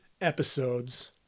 episodes